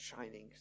shining